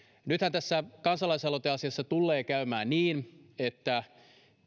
nythän tässä kansalaisaloiteasiassa tullee käymään niin että